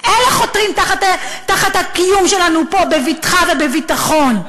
אלה חותרים תחת הקיום שלנו פה בבטחה ובביטחון.